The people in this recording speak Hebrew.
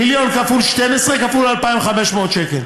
מיליון כפול 12 כפול 2,500 שקל,